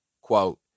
Quote